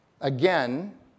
again